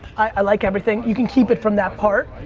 i like everything. you can keep it from that part.